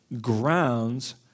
grounds